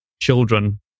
children